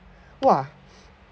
!wah!